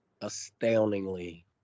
astoundingly